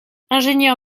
ingénieur